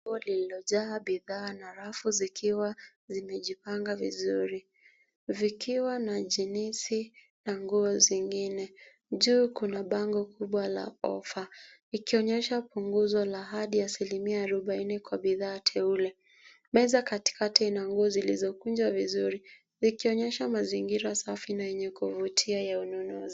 Duka lililo jaa bidhaa na rafu zikiwa zimejipanga vizuri vikiwa na jeans na nguo zingine juu kuna bango kubwa la offer likionyesha kuna punguzo la hadi asilimia arobaine kwa bidhaa teule. Meza katikati ina nguo zilizo kunjwa vizuri ikionyesha mazingira safi na yenye kuvutia ya ununuzi.